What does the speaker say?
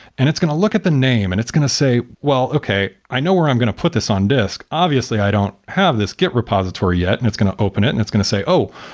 it's going to look at the name and it's going to say, well, okay. i know where i'm going to put this on disk. obviously, i don't have this git repository yet and it's going to open it and it's going to say, oh,